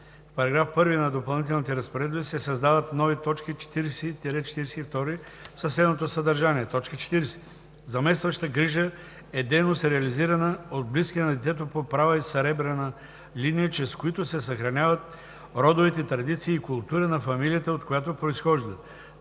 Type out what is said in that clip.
„В § 1 на Допълнителните разпоредби се създават нови точки 40 – 42 със следното съдържание: „40. „Заместваща грижа“ е дейност, реализирана от близки на детето по права и съребрена линия, чрез които се съхраняват родовите традиции и култура на фамилията, от която произхожда.